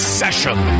session